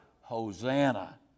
Hosanna